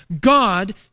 God